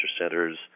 Centers